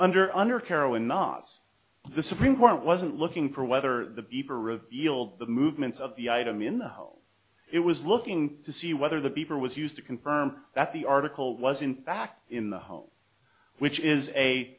under under kero in knots the supreme court wasn't looking for whether the beeper revealed the movements of the item in the hole it was looking to see whether the beeper was used to confirm that the article was in fact in the home which is a